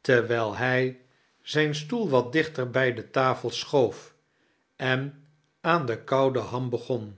terwijl hij zijn stoel wat dichter bij de tafel schoof en aan de koude ham begon